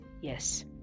yes